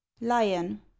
Lion